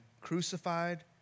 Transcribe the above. crucified